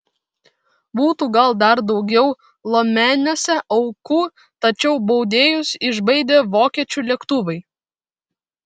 būtų gal dar daugiau lomeniuose aukų tačiau baudėjus išbaidė vokiečių lėktuvai